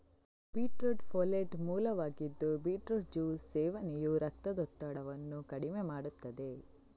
beetroot folate ಮೂಲವಾಗಿದ್ದು beetroot juice ಸೇವನೆಯು ರಕ್ತದೊತ್ತಡವನ್ನು ಕಡಿಮೆ ಮಾಡುತ್ತದೆ